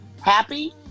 Happy